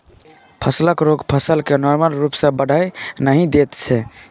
फसलक रोग फसल केँ नार्मल रुप सँ बढ़य नहि दैत छै